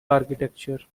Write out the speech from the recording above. architecture